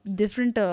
different